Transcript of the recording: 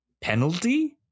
penalty